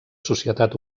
societat